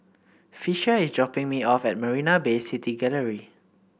Fisher is dropping me off at Marina Bay City Gallery